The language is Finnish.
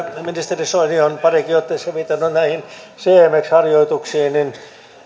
ministeri soini on pariinkin otteeseen viitannut näihin cmx harjoituksiin niin